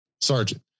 Sergeant